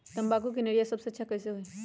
तम्बाकू के निरैया सबसे अच्छा कई से होई?